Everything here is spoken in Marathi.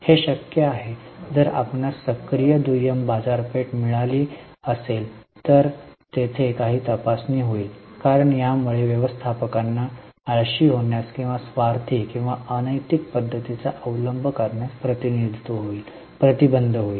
हे शक्य आहे जर आपणास सक्रीय दुय्यम बाजारपेठ मिळाली असेल तर तेथे काही तपासणी होईल कारण यामुळे व्यवस्थापकांना आळशी होण्यास किंवा स्वार्थी किंवा अनैतिक पद्धतींचा अवलंब करण्यास प्रतिबंध होईल